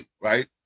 right